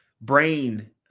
brain